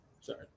sorry